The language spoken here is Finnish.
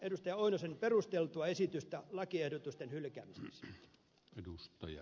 pentti oinosen perusteltua esitystä lakiehdotusten hylkäämiseksi